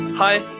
Hi